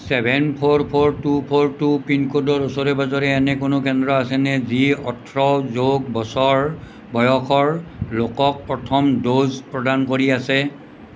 seven four four two four two পিনক'ডৰ ওচৰে পাঁজৰে এনে কোনো কেন্দ্ৰ আছেনে যি ওঠৰ যোগ বছৰ বয়সৰ লোকক প্ৰথম ড'জ প্ৰদান কৰি আছে